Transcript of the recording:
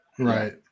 right